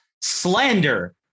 Slander